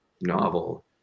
novel